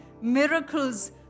miracles